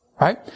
right